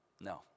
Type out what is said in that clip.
No